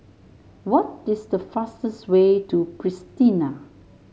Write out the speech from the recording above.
what this the fastest way to Pristina